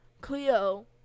Cleo